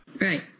Right